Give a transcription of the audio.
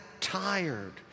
tired